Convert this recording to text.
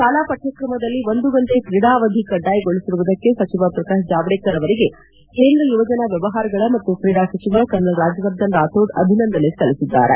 ಶಾಲಾ ಪಠ್ಯಕ್ರಮದಲ್ಲಿ ಒಂದು ಗಂಟೆ ಕ್ರೀಡಾ ಅವಧಿ ಕಡ್ಡಾಯಗೊಳಿಸಿರುವುದಕ್ಕೆ ಸಚಿವ ಪ್ರಕಾಶ್ ಜಾವಡೇಕರ್ ಅವರಿಗೆ ಕೇಂದ್ರ ಯುವಜನ ವ್ಯವಹಾರಗಳ ಮತ್ತು ಕ್ರೀಡಾ ಸಚಿವ ಕರ್ನಲ್ ರಾಜ್ಯವರ್ಧನ್ ರಾಥೋಡ್ ಅಭಿನಂದನೆ ಸಲ್ಲಿಸಿದ್ದಾರೆ